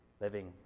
living